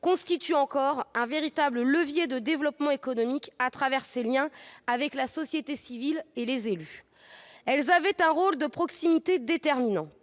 constituaient un véritable levier de développement économique en raison de leurs liens avec la société civile et les élus. Elles avaient un rôle de proximité déterminant.